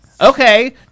Okay